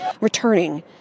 returning